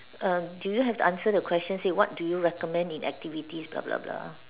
um do you have to answer the question say what do you recommend in activities blah blah blah